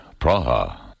Praha